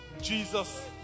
Jesus